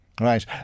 Right